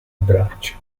braccia